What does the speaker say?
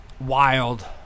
wild